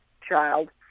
child